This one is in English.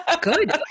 Good